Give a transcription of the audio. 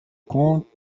compte